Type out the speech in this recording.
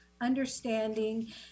understanding